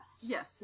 Yes